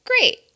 great